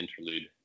interlude